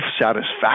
satisfaction